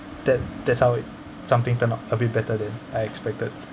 that that's how it something turn out a bit better than I expected